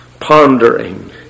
Pondering